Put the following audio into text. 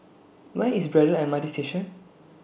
Where IS Braddell M R T Station